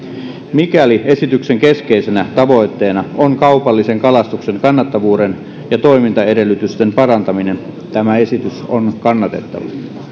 mikäli esityksen keskeisenä tavoitteena on kaupallisen kalastuksen kannattavuuden ja toimintaedellytysten parantaminen tämä esitys on kannatettava